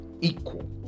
equal